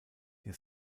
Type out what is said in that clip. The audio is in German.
der